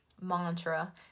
mantra